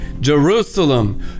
jerusalem